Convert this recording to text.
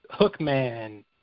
hookman